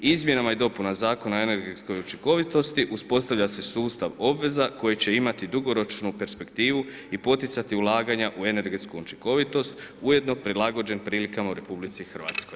Izmjenama i dopunama Zakona o energetskoj učinkovitosti uspostavlja se sustav obveza koje će imati dugoročnu perspektivu i poticati ulaganja u energetsku učinkovitost ujedno prilagođen prilikama u RH.